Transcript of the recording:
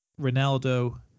Ronaldo